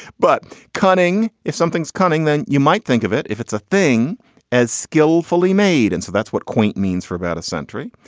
but cutting if something's coming, then you might think of it. if it's a thing as skillfully made. and so that's what quaint means for about a century,